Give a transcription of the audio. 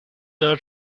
are